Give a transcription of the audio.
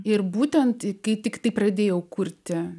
ir būtent kai tiktai pradėjau kurti